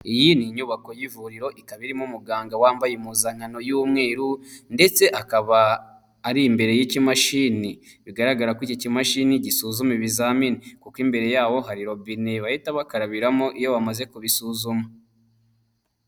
Iyi ni inyubako y'ivuriro ikaba irimo umuganga wambaye impuzankano y'umweru, ndetse akaba ari imbere y'ikimashini bigaragara ko iki kimashini gisuzuma ibizamini ,kuko imbere ya harirobine bahita bakarabiramo iyo bamaze kubisuzuma.